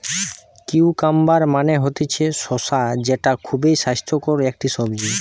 cucumber মানে হতিছে শসা যেটা খুবই স্বাস্থ্যকর একটি সবজি